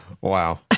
wow